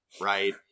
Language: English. right